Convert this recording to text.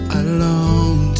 alone